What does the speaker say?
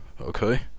Okay